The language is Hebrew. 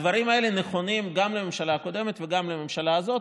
הדברים האלה נכונים גם לממשלה הקודמת וגם לממשלה הזאת,